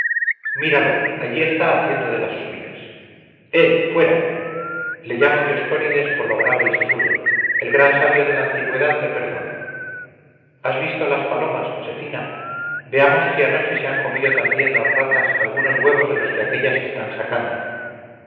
míralo allí está haciendo de las suyas eh fuera le llamo dioscórides por lo grave y sesudo el gran sabio de la antigüedad me perdone has visto las palomas josefina veamos si anoche se han comido también las ratas algunos huevos de los que aquellas están sacando